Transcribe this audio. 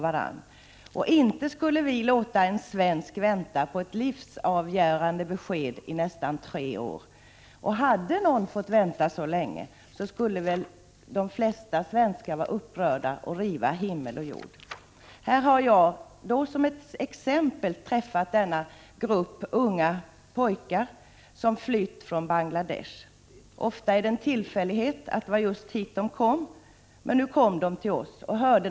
Inte skulle vi låta en svensk vänta på ett 49 livsavgörande besked i nästan tre år. Hade någon fått vänta så länge, skulle väl de flesta svenskar vara upprörda och riva ned himmel och jord. Jag kan som exempel nämna att jag träffat en grupp unga pojkar som flytt från Bangladesh. Ofta var det en tillfällighet som gjorde att de kom till just Sverige. Men nu kom de till oss.